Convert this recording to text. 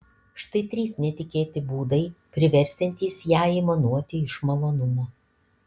štai trys netikėti būdai priversiantys ją aimanuoti iš malonumo